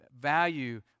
value